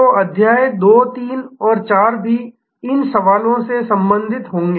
तो अध्याय 2 3 और 4 भी इन सवालों से संबंधित होंगे